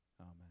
amen